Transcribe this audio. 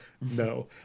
no